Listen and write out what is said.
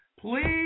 please